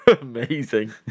Amazing